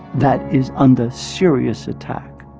that is under serious attack